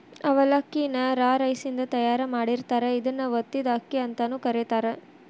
ಅವಲಕ್ಕಿ ನ ರಾ ರೈಸಿನಿಂದ ತಯಾರ್ ಮಾಡಿರ್ತಾರ, ಇದನ್ನ ಒತ್ತಿದ ಅಕ್ಕಿ ಅಂತಾನೂ ಕರೇತಾರ